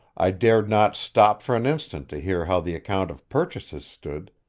i dared not stop for an instant to hear how the account of purchases stood,